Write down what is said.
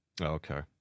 okay